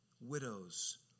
widows